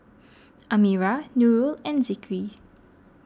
Amirah Nurul and Zikri